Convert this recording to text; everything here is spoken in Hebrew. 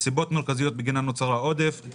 סיבות מרכזיות בגינן נוצרו עודפים בתכנית: א.